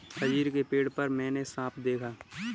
अंजीर के पेड़ पर मैंने साँप देखा